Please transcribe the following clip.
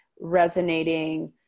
resonating